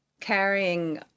carrying